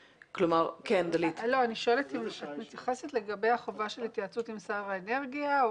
אני שואלת אם את מתייחסת לגבי החובה של התייעצות עם שר האנרגיה,